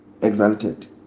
exalted